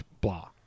Blah